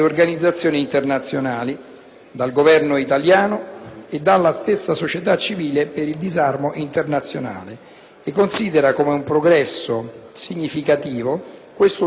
considera come un progresso significativo questo ulteriore passo verso un regime di controllo internazionale della detenzione di armi, in questo caso chimiche.